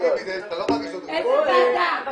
מטעם ועדת הכנסת יו"ר הוועדה מכלוף זוהר.